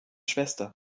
schwester